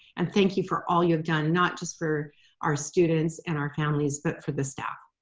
and thank you for all you have done, not just for our students and our families but for the staff.